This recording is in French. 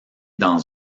dans